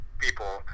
people